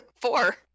Four